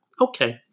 Okay